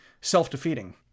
self-defeating